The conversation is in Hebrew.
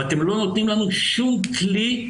ואתם לא נותנים לנו שום כלי,